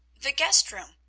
the guest-room,